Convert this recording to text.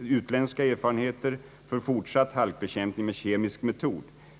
utländska erfarenheter för fortsatt halkhekämpning med kemisk metod.